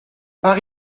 par